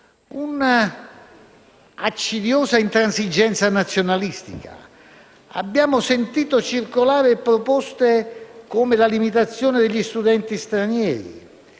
un'accidiosa intransigenza nazionalista. Abbiamo sentito circolare proposte come la limitazione degli studenti stranieri